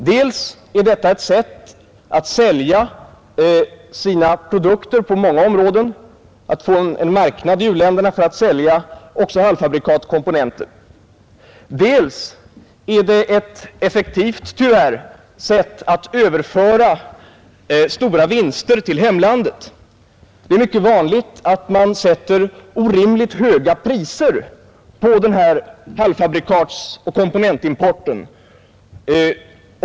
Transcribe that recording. Dels är detta ett sätt att sälja sina produkter på många områden, att få en marknad i u-länderna för att sälja också halvfabrikat och komponenter, dels är detta tyvärr ett effektivt sätt att överföra stora vinster till hemlandet. Det är vanligt att man sätter orimligt höga priser på dessa importerade halvfabrikat och komponenter.